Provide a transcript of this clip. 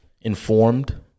informed